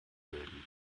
bilden